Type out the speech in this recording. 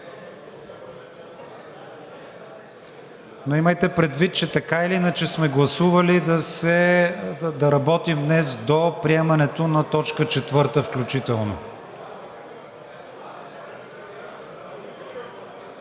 Имайте предвид, че така или иначе сме гласували да работим днес до приемането на точка четвърта включително.